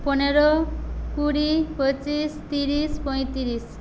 পনেরো কুড়ি পঁচিশ তিরিশ পঁয়তিরিশ